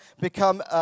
become